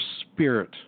spirit